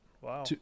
Wow